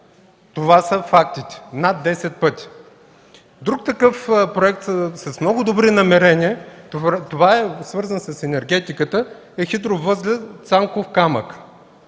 Това са фактите – над десет пъти! Друг такъв проект с много добри намерения, свързан с енергетиката, е хидровъзел „Цанков камък”.